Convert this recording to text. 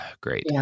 Great